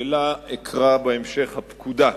שבהמשך אקרא לה "הפקודה".